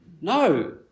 No